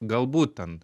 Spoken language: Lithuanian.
galbūt ten